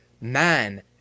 man